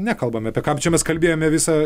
nekalbame apie ką čia mes kalbėjome visą